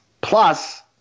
plus